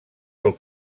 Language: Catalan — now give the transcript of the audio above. del